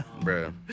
bro